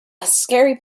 scary